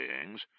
beings